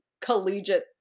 collegiate